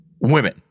women